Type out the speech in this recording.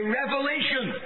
revelation